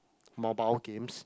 mobile games